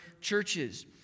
churches